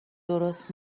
درست